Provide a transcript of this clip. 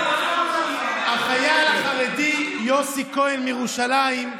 החייל החרדי יוסי כהן מירושלים,